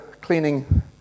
cleaning